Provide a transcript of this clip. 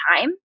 time